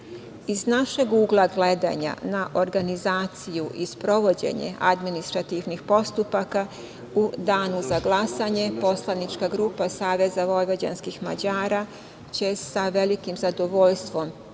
našeg ugla gledanja na organizaciju i sprovođenje administrativnih postupaka, u Danu za glasanje poslanička grupa SVM će sa velikim zadovoljstvom